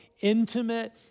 intimate